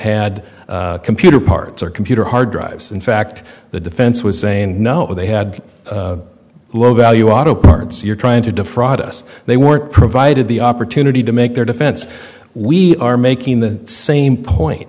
had computer parts or computer hard drives in fact the defense was saying no they had low value auto parts you're trying to defraud us they weren't provided the opportunity to make their defense we are making the same point